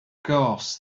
course